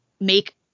make